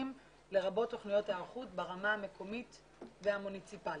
לרבות תוכניות היערכות ברמה המקומית והמוניציפאלית.